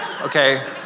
okay